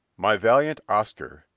my valiant oscar,